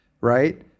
right